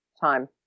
time